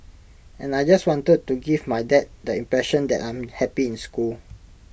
and I just wanted to give my dad the impression that I'm happy in school